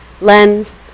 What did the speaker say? lens